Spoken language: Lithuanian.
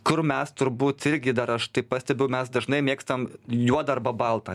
kur mes turbūt irgi dar aš taip pastebiu mes dažnai mėgstam juodą arba baltą